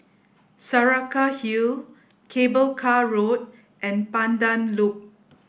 Saraca Hill Cable Car Road and Pandan Loop